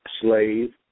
Slave